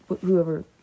whoever